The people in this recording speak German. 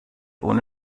ohne